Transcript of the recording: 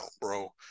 bro